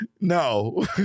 no